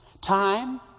time